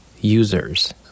users